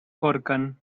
corquen